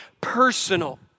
personal